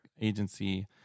agency